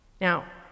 Now